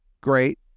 great